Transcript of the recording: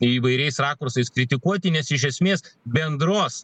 įvairiais rakursais kritikuoti nes iš esmės bendros